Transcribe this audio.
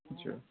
اچھا